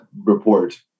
report